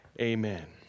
amen